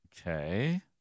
Okay